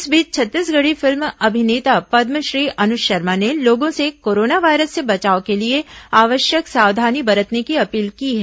इस बीच छत्तीसगढ़ी फिल्म अभिनेता पद्मश्री अनुज शर्मा ने लोगों से कोरोना वायरस से बचाव के लिए आवश्यक सावधानी बरतने की अपील की है